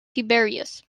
tiberius